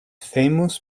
famous